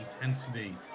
intensity